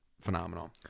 phenomenal